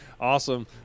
Awesome